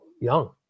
young